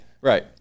Right